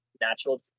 natural